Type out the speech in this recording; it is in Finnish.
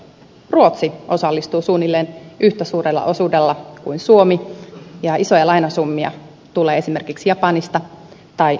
ruotsi osallistuu suunnilleen yhtä suurella osuudella kuin suomi ja isoja lainasummia tulee esimerkiksi japanista tai saudi arabiasta